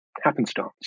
happenstance